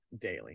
daily